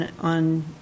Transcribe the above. on